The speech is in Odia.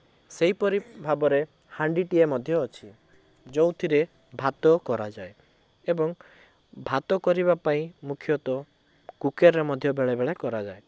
ସେହିପରି ଭାବରେ ହାଣ୍ଡିଟିଏ ମଧ୍ୟ ଅଛି ଯେଉଁଥିରେ ଭାତ କରାଯାଏ ଏବଂ ଭାତ କରିବା ପାଇଁ ମୁଖ୍ୟତଃ କୁକରରେ ମଧ୍ୟ ବେଳେବେଳେ କରାଯାଏ